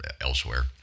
elsewhere